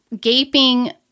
gaping